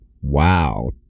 Wow